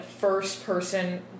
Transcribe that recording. first-person